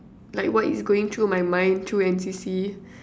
like what is going to my mind through N_C_C